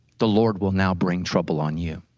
the lord will now bring trouble on you.